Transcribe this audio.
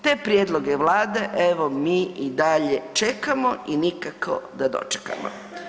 Te prijedloge vlade evo mi i dalje čekamo i nikako da dočekamo.